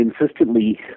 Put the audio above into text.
insistently